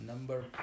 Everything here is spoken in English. Number